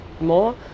more